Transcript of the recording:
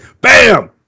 Bam